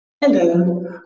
Hello